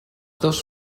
dos